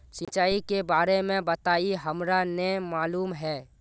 सिंचाई के बारे में बताई हमरा नय मालूम है?